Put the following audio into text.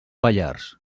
pallars